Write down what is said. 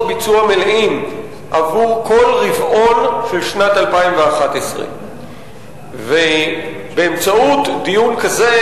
ביצוע מלאים עבור כל רבעון של שנת 2011. באמצעות דיון כזה,